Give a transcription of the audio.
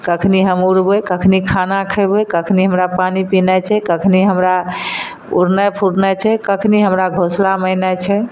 कखनी हम उड़बय कखनी खाना खयबय कखनी हमरा पानि पीनाइ छै कखनी हमरा उड़नाइ फुरनाइ छै कखनी हमरा घोसलामे एनाइ छै